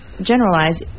generalize